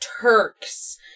Turks